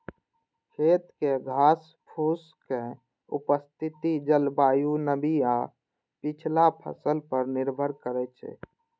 खेत मे घासफूसक उपस्थिति जलवायु, नमी आ पछिला फसल पर निर्भर करै छै